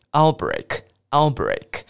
?outbreak,outbreak